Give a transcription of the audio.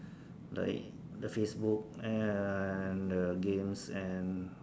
like the Facebook and the games and